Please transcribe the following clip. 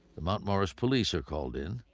the mount morris police are called in.